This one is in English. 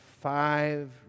five